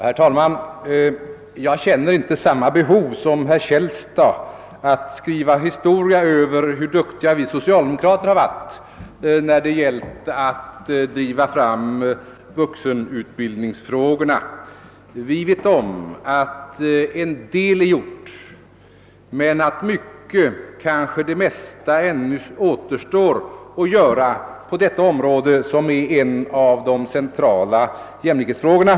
Herr talman! Jag känner inte samma behov som herr Källstad att skriva historia över hur duktiga vi socialdemokrater har varit när det gällt att driva fram vuxenutbildningsfrågorna. Vi vet om att en del är gjort men att mycket, kanske det mesta, ännu återstår att göra på detta område, som gäller en av de centrala jämlikhetsfrågorna.